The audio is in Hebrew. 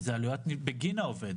אלו עלויות בגין העובד.